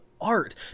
art